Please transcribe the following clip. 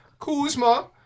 Kuzma